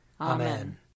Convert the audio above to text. Amen